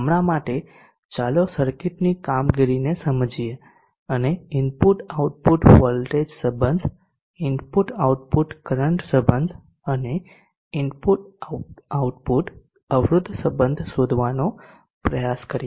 હમણાં માટે ચાલો સર્કિટની કામગીરીને સમજીએ અને ઇનપુટ આઉટપુટ વોલ્ટેજ સંબધ ઇનપુટ આઉટપુટ કરંટ સંબધ અને ઇનપુટ આઉટપુટ અવરોધ સંબધ શોધવાનો પ્રયાસ કરીએ